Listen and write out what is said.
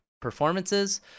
performances